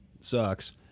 sucks